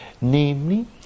namely